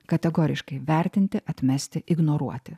kategoriškai vertinti atmesti ignoruoti